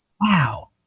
wow